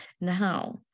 Now